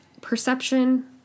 perception